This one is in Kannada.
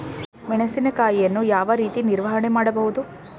ಮೆಣಸಿನಕಾಯಿಯನ್ನು ಯಾವ ರೀತಿ ನಿರ್ವಹಣೆ ಮಾಡಬಹುದು?